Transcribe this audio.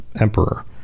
emperor